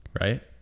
right